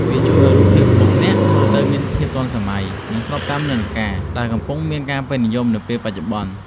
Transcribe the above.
វាជួយឱ្យរូបភាពរបស់អ្នកមើលទៅមានភាពទាន់សម័យ និងស្របតាមនិន្នាការ ដែលកំពុងមានការពេញនិយមនាពេលបច្ចុប្បន្ន។